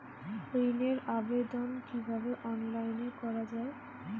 ঋনের আবেদন কিভাবে অনলাইনে করা যায়?